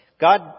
God